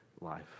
life